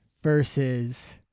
versus